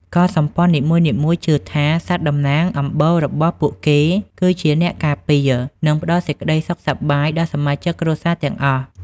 កុលសម្ព័ន្ធនីមួយៗជឿថា សត្វតំណាងអំបូររបស់ពួកគេគឺជាអ្នកការពារ និងផ្តល់សេចក្តីសុខសប្បាយដល់សមាជិកគ្រួសារទាំងអស់។